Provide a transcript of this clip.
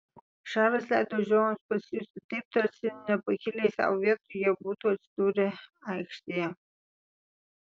šaras leido žiūrovams pasijusti taip tarsi nepakilę iš savo vietų jie būtų atsidūrę aikštėje